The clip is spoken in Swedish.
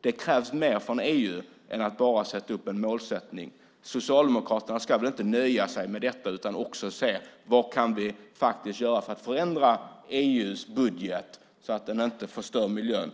Det krävs mer från EU än att bara sätta upp en målsättning. Socialdemokraterna ska väl inte nöja sig med detta, utan man ska också se vad vi faktiskt kan göra för att förändra EU:s budget så att den inte förstör miljön.